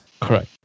Correct